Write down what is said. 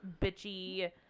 bitchy